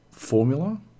formula